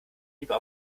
lieber